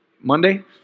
Monday